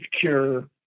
cure